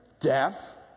Death